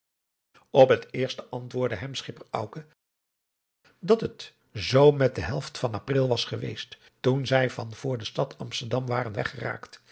op het eerste antwoordde hem schipper auke dat het zoo met de helft van april was geweest toen zij van voor de stad amsterdam waren weggeraakt